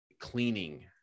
Cleaning